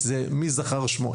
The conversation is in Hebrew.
מי זכר שמו.